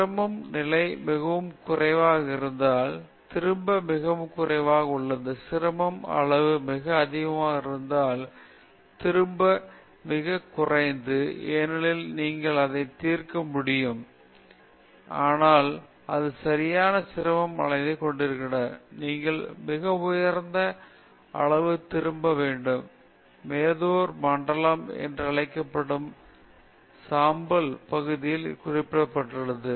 சிரமம் நிலை மிகவும் குறைவாக இருந்தால் திரும்ப மிகவும் குறைவாக உள்ளது சிரமம் அளவு மிக அதிகமாக இருந்தால் திரும்பவும் மிகக் குறைந்தது ஏனெனில் நீங்கள் இதை தீர்க்க முடியாது ஆனால் அது சரியான சிரமம் அளவைக் கொண்டிருப்பின் நீங்கள் மிக உயர்ந்த அளவு திரும்ப வேண்டும் மெதோர் மண்டலம் என்று அழைக்கப்படும் சாம்பல் பகுதியில் குறிப்பிடப்பட்டுள்ளது